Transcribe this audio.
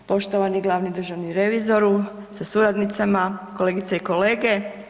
Poštovani glavni državni revizoru sa suradnicama, kolegice i kolege.